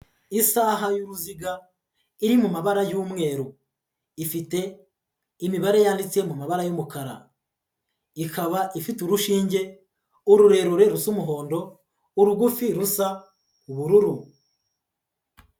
Isaha y'uruziga, iri mu mabara y'mweru. Ifite imibare yanditse mu mabara y'umukara. Ikaba ifite urushinge, ururerure rusa umuhondo, urugufi rusa ubururu.